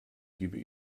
gebe